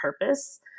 purpose